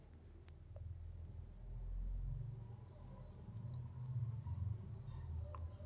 ಭಾರತದಾಗ ಬಿದರ ಬಳಿಯುದರಾಗ ಮಧ್ಯಪ್ರದೇಶ ಮೊದಲ ಸ್ಥಾನದಾಗ ಐತಿ ನಂತರಾ ಮಹಾರಾಷ್ಟ್ರ